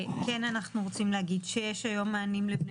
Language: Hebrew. כן אנחנו רוצים להגיד שיש היום מענים לבני